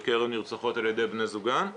בקרב נרצחות על ידי בני זוגן.